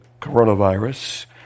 coronavirus